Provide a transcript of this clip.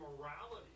morality